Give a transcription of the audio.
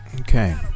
Okay